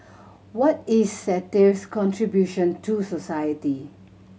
what is satire's contribution to society